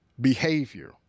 behavior